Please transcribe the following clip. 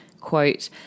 quote